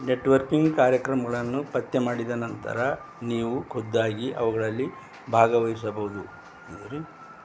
networking ಕಾರ್ಯಕ್ರಮಗಳನ್ನು ಪತ್ತೆಮಾಡಿದ ನಂತರ ನೀವು ಖುದ್ದಾಗಿ ಅವುಗಳಲ್ಲಿ ಭಾಗವಹಿಸಬಹುದು